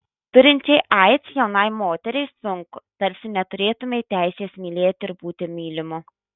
turinčiai aids jaunai moteriai sunku tarsi neturėtumei teisės mylėti ir būti mylimu